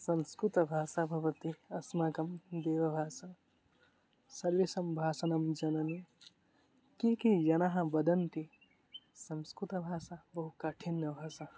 संस्कृतभाषा भवति अस्माकं देवभाषा सर्वासां भाषाणां जननी किं किं जनाः वदन्ति संस्कृतभाषा बहु कठिनभाषा